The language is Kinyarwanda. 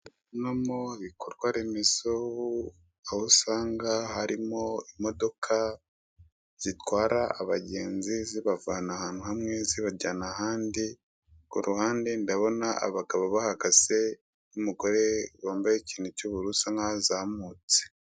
Ndabona mo ibikorwa remezo aho usanga harimo imodoka zitwara abagenzi zibavana ahantu hamwe zibajyana ahandi, kuruhande ndabona abagabo bahagaze n'umugore wambaye ikintu cy'ubururu usa nkaho azamutse.